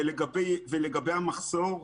לגבי המחסור,